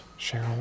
Cheryl